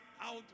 out